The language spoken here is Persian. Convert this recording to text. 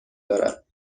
دارد